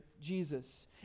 Jesus